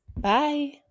Bye